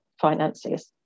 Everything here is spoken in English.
finances